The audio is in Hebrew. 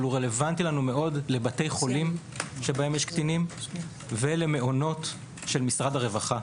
רלוונטי מאוד לבתי חולים שבהם יש קטינים ולמעונות של משרד הרווחה.